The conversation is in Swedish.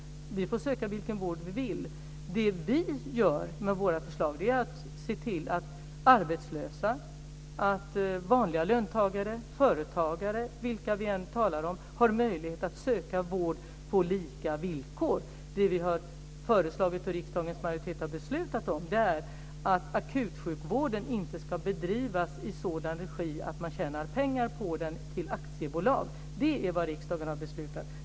Man får söka vilken vård som man vill. Det som vi syftar till med våra förslag är att arbetslösa, vanliga löntagare och företagare - vilka det än gäller - ska ha möjlighet att söka vård på lika villkor. Det som vi har föreslagit och som riksdagens majoritet har beslutat är att akutsjukvården inte ska bedrivas i sådan regi att aktiebolag tjänar pengar på den. Det är vad riksdagen har beslutat.